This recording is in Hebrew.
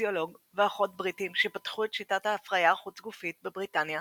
פיזיולוג ואחות בריטיים שפתחו את שיטת ההפריה חוץ-גופית בבריטניה